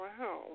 Wow